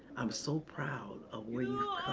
i'm so proud of where